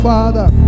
Father